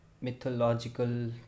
mythological